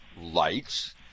lights